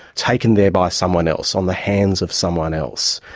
taken there by someone else, on the hands of someone else,